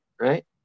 right